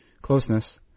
closeness